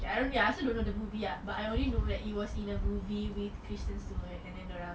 I don't know I also don't know the movie ah but I only know that she was in the movie with kristen stewart and then dia orang